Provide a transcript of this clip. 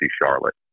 Charlotte